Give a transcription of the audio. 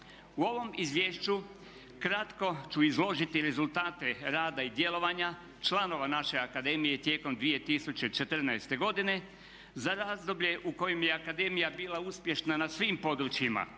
U ovom izvješću kratko ću izložiti rezultate rada i djelovanja članova naše akademije tijekom 2014. godine za razdoblje u kojem je akademija bila uspješna na svim područjima,